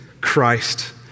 Christ